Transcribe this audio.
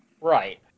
Right